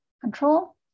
control